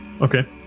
Okay